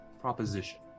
proposition